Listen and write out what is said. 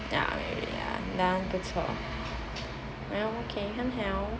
ya ya 那不错 ah okay 很好